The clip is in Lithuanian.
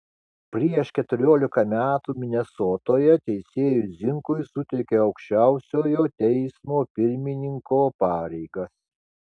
prieš keturiolika metų minesotoje teisėjui zinkui suteikė aukščiausiojo teismo pirmininko pareigas